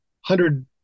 hundred